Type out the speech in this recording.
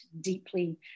deeply